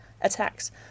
attacks